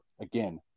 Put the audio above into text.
Again